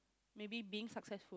maybe being successful